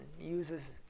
uses